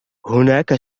هناك